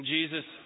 Jesus